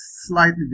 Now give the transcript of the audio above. slightly